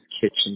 kitchen